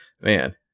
man